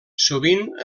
sovint